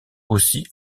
aussi